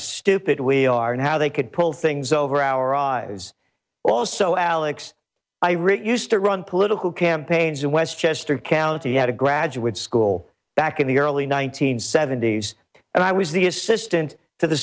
stupid we are and how they could pull things over our eyes also alex i refused to run political campaigns in westchester county had a graduate school back in the early one nine hundred seventy s and i was the assistant to the